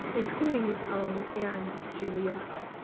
including his own and juliet's.